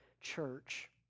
church